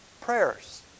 prayers